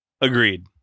Agreed